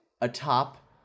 atop